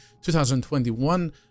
2021